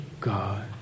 God